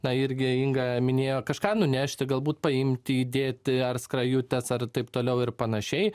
na irgi inga minėjo kažką nunešti galbūt paimti įdėti ar skrajutes ar taip toliau ir panašiai